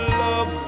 love